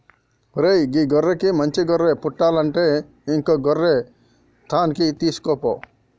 ఓరై గీ గొర్రెకి మంచి గొర్రె పుట్టలంటే ఇంకో గొర్రె తాన్కి తీసుకుపో